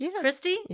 Christy